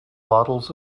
bottles